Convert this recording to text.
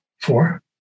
Four